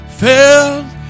felt